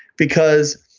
because,